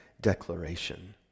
declaration